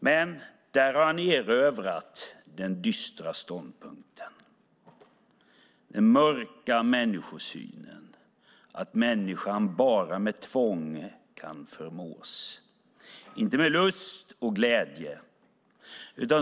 Men där har ni erövrat den dystra ståndpunkten, den mörka människosynen att människan bara med tvång kan förmås, inte med lust och glädje.